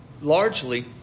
largely